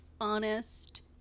honest